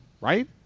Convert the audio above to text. right